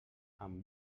amb